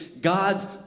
God's